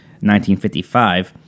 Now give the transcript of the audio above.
1955